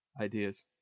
ideas